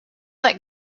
that